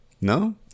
No